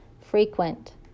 Frequent